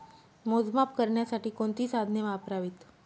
मोजमाप करण्यासाठी कोणती साधने वापरावीत?